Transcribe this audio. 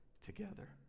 together